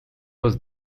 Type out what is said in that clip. was